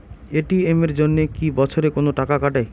ATM এর জন্যে কি বছরে কোনো টাকা কাটে?